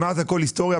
מאז הכול היסטוריה.